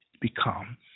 become